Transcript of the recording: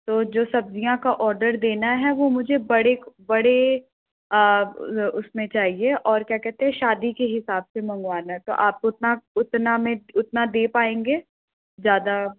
तो जो सब्ज़ियाँ का ओडर देना है वो मुझे बड़े बड़े उसमें चाहिए और क्या कहते हैं शादी के हिसाब से मंगवाना है तो आप उतना उतना में उतना दे पाएंगे ज़्यादा